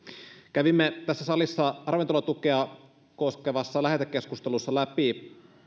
kävimme tässä salissa ravintolatukea koskevassa lähetekeskustelussa läpi